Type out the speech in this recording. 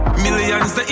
millions